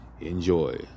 enjoy